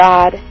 God